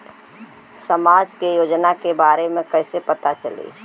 समाज के योजना के बारे में कैसे मालूम चली?